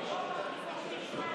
קבוצת סיעת יהדות התורה וקבוצת סיעת